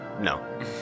no